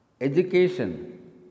Education